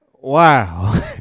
wow